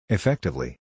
Effectively